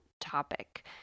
topic